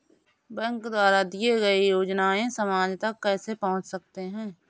Bank द्वारा दिए गए योजनाएँ समाज तक कैसे पहुँच सकते हैं?